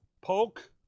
poke